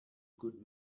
good